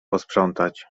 posprzątać